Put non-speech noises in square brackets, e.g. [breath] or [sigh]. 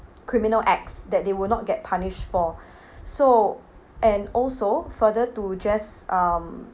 criminal acts that they would not get punished for [breath] so and also further to just um